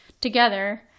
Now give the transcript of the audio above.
together